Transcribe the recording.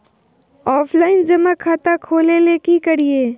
Offline जमा खाता खोले ले की करिए?